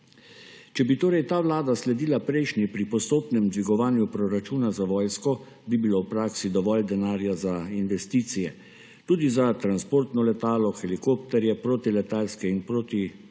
bi torej ta vlada sledila prejšnji pri postopnem dvigovanju proračuna za vojsko, bi bilo v praksi dovolj denarja za investicije, tudi za transportno letalo, helikopterje, protiletalske in protioklepne